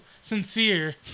sincere